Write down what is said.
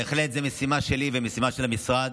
בהחלט זאת משימה שלי ומשימה של המשרד.